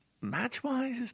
Match-wise